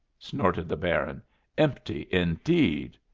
snorted the baron empty indeed.